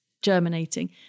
germinating